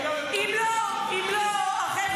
אם לא החבר'ה,